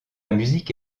musique